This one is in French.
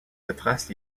retrace